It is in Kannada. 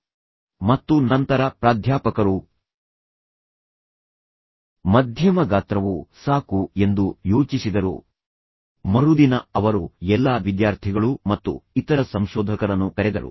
ನಿಮಗೆ ಚಿಕ್ಕ ಗಾತ್ರ ಒಂದು ಅಥವಾ ದೊಡ್ಡ ಗಾತ್ರ ಒಂದು ಅಥವಾ ಮಧ್ಯಮ ಗಾತ್ರವು ಬೇಕೇ ಮತ್ತು ನಂತರ ಪ್ರಾಧ್ಯಾಪಕರು ಮತ್ತು ವಿಜ್ಞಾನಿಗಳು ಸರಿ ಮಧ್ಯಮ ಗಾತ್ರವು ಸಾಕು ಎಂದು ಯೋಚಿಸಿದರು ಮರುದಿನ ಅವರು ಎಲ್ಲಾ ವಿದ್ಯಾರ್ಥಿಗಳು ಮತ್ತು ಇತರ ಸಂಶೋಧಕರನ್ನು ಕರೆದರು